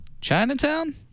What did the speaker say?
Chinatown